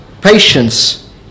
patience